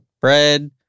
bread